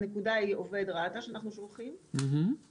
הנקודה היא עובד רת"א שאנחנו שולחים לבצע.